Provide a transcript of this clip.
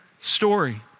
story